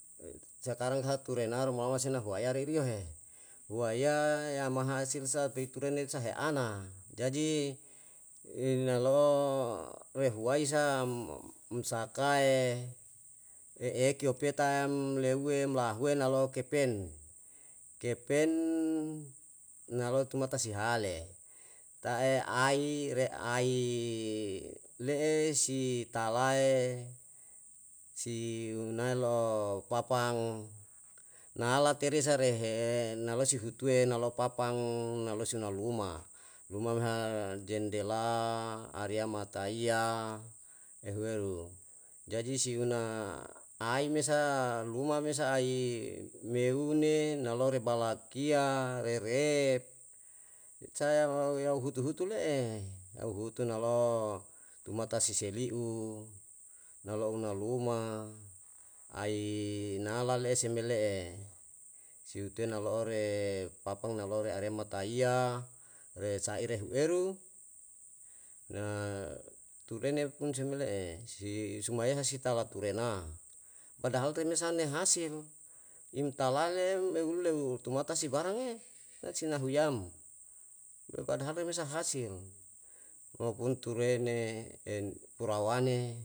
sakarang haturenaru mo lama seina huwaya re riyo he, huwaya yama hasil sa pei turene sahe ana, jaji inalo'o rehuwai sa um sakae, e ekeiyo petayam leuwe lahuwe nolo'o kepen, kepen nalo'o matasi hale, ta'e ai re ai le'e si talae, si unae lo'o papang, nala terisa rehe nalo si hutuwe nalo papang, nalo si una luma. Luma me ha jendela, ariya mataiya, ehueru, jaji si huna aimesa luma mesa ai mehune na lore balakiya, re rep, saero yau hutu hutu le'e, yau hutu nalo'o tumata si seli'u, na lou na luma, ai nala le'e se me le'e. Si utuwe nalo'o re papang nalo'o re aremataiya, re saire hueru, na turene pun se me le'e, si sumayasa taulatu rena padahal tei mesa ne hasil, imtalale ehu, ehu lehu tumasi barange, na sinahu yam, me padahal remesa hasil, lokun turene, en purawane